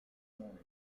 morning